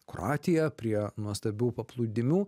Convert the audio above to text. kroatiją prie nuostabių paplūdimių